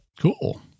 Cool